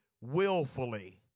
willfully